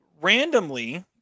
randomly